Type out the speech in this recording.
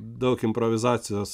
daug improvizacijos